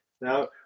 now